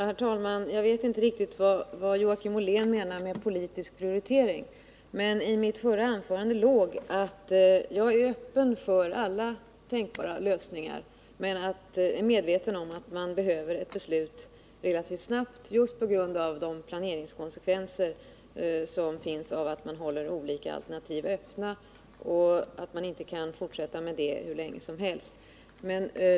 Herr talman! Jag vet inte riktigt vad Joakim Ollén menar med politisk prioritering, men i mitt förra anförande låg att jag är öppen för alla tänkbara lösningar. Jag är medveten om att vi behöver ett beslut relativt snart, just på grund av de planeringskonsekvenser som uppkommer av att man håller olika alternativ öppna. Man kan inte fortsätta med det hur länge som helst.